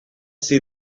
see